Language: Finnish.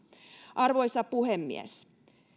arvoisa puhemies